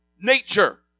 nature